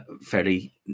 Fairly